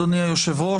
אדוני היושב-ראש,